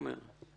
תומר,